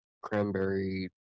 cranberry